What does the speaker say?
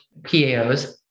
PAOs